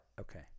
Okay